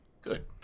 Good